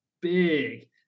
big